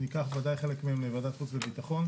ניקח בוודאי חלק מהם לוועדת החוץ והביטחון.